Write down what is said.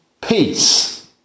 peace